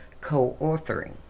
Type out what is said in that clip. co-authoring